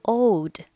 old